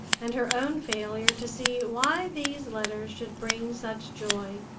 and her own failure to see why these letters should bring such joy.